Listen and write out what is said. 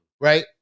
right